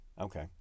okay